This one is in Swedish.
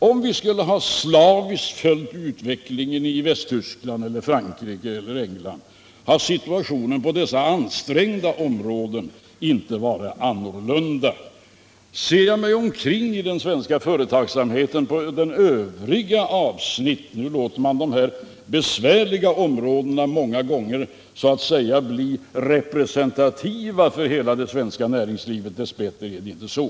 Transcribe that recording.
Om vi slaviskt skulle ha följt utvecklingen i Västtyskland, Frankrike eller England hade situationen på dessa ansträngda områden inte varit annorlunda. Nu låter man många gånger de här besvärliga områdena bli representativa för hela det svenska näringslivet. Dess bättre är de inte det.